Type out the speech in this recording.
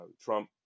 Trump